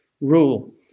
rule